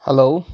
hello